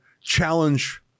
challenge